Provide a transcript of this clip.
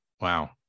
Wow